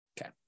Okay